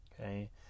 Okay